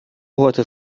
heute